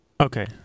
Okay